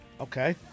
Okay